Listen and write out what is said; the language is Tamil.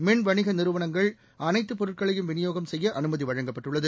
மின் வணிக நிறுவனங்கள் அனைத்து பொருட்களையும் விநியோகம் செய்ய அனுமதி வழங்கப்பட்டுள்ளது